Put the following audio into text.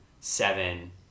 seven